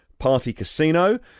partycasino